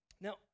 Now